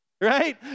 right